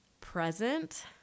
present